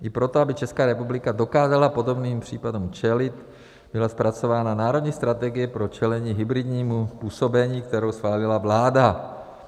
I proto, aby Česká republika dokázala podobným případům čelit, byla zpracována Národní strategie pro čelení hybridnímu působení, kterou schválila vláda.